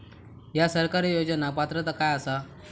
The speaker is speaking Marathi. हया सरकारी योजनाक पात्रता काय आसा?